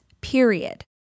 period